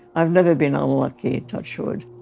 i've never been unlucky, touch wood.